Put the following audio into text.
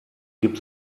gibt